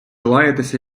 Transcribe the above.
лаятися